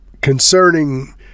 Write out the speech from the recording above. concerning